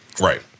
Right